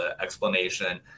explanation